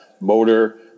motor